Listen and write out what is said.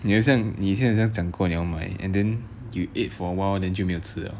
你好像你好像以前讲过你要买 and then you ate for awhile and then 就没有吃了